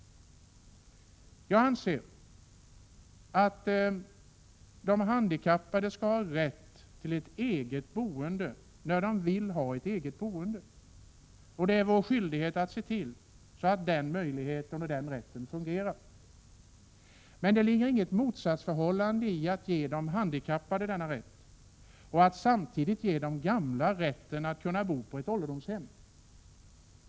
Jag anser att de handikappade skall ha rätt till ett eget boende när de vill ha ett sådant. Det är vår skyldighet att se till att de verkligen har den möjligheten. Men det finns ingen motsättning mellan att ge de handikappade denna rätt och att samtidigt ge de gamla rätt att bo på ålderdomshem.